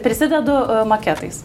prisidedu maketais